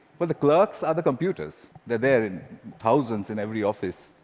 well, the clerks are the computers. they're there in thousands in every office.